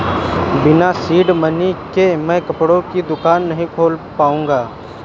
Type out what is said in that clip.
बिना seed money के मैं कपड़े की दुकान नही खोल पाऊंगा